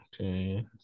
Okay